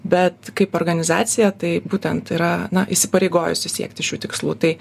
bet kaip organizacija tai būtent yra na įsipareigojusi siekti šių tikslų tai